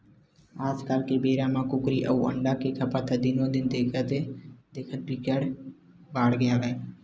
आजकाल के बेरा म कुकरी अउ अंडा के खपत ह दिनो दिन देखथे देखत बिकट बाड़गे हवय